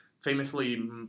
famously